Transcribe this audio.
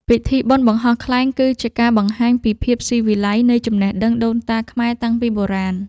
ពិធីបុណ្យបង្ហោះខ្លែងគឺជាការបង្ហាញពីភាពស៊ីវិល័យនៃចំណេះដឹងដូនតាខ្មែរតាំងពីបុរាណ។